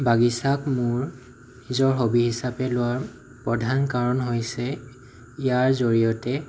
বাগিচাক মোৰ নিজৰ হবী হিচাপে লোৱাৰ প্ৰধান কাৰণ হৈছে ইয়াৰ জৰিয়তে